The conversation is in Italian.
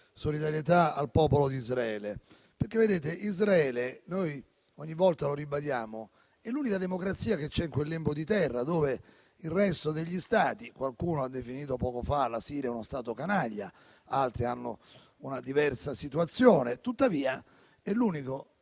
solidarietà al popolo d'Israele, perché Israele - ogni volta lo ribadiamo - è l'unica democrazia che c'è in quel lembo di terra, dove il resto degli Stati - qualcuno ha definito poco fa la Siria uno Stato canaglia - ha una diversa situazione. Israele è l'unico